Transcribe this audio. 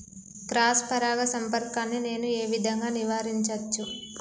Cross పరాగ సంపర్కాన్ని నేను ఏ విధంగా నివారించచ్చు?